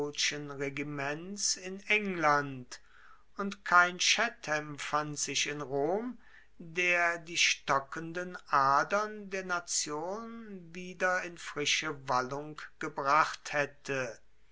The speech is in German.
regiments in england und kein chatham fand sich in rom der die stockenden adern der nation wieder in frische wallung gebracht haette